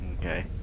Okay